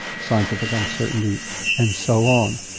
scientific uncertainty and so on.